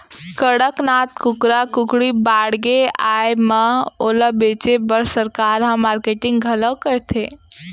कड़कनाथ कुकरा कुकरी बाड़गे आए म ओला बेचे बर सरकार ह मारकेटिंग घलौ करथे